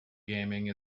gaming